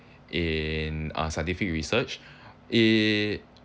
in uh scientific research eh